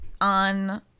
on